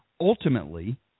ultimately